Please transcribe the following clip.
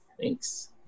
thanks